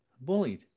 bullied